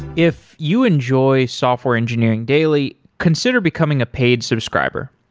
if you enjoy software engineering daily, consider becoming a paid subscriber.